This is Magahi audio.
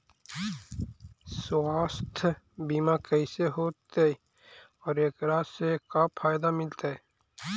सवासथ बिमा कैसे होतै, और एकरा से का फायदा मिलतै?